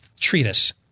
treatise